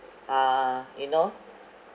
uh you know